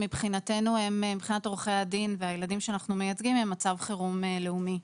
שמבחינת עורכי הדין והילדים שאנחנו מייצגים הם מצב חירום לאומי.